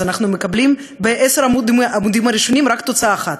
אז אנחנו מקבלים בעשרת העמודים הראשונים רק תוצאה אחת: